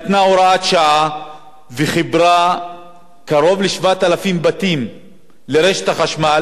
וחיברה לרשת החשמל קרוב ל-7,000 בתים שלא היה להם